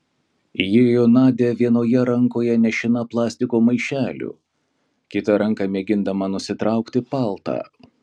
įėjo nadia vienoje rankoje nešina plastiko maišeliu kita ranka mėgindama nusitraukti paltą